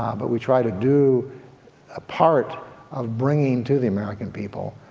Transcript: ah but we try to do a part of bringing to the american people